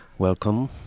Welcome